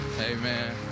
Amen